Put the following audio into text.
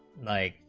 like